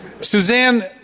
Suzanne